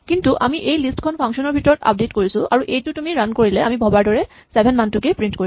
কিন্তু আমি সেই লিষ্ট খন ফাংচন ৰ ভিতৰত আপডেট কৰিছো আৰু এইটো তুমি ৰান কৰিলে আমি ভৱাৰ দৰে চেভেন মানটোকেই প্ৰিন্ট কৰিব